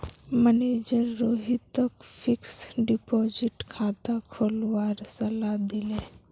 manager रोहितक fixed deposit खाता खोलवार सलाह दिले